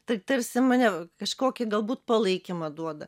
tai tarsi mane kažkokį galbūt palaikymą duoda